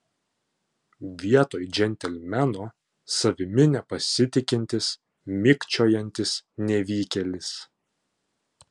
vietoj džentelmeno savimi nepasitikintis mikčiojantis nevykėlis